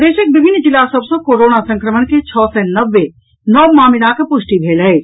प्रदेशक विभिन्न जिला सभ सॅ कोरोना संक्रमण के छओ सय नब्बे नव मामिलाक पुष्टि भेल अछि